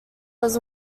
was